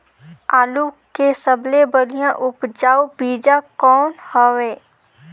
आलू के सबले बढ़िया उपजाऊ बीजा कौन हवय?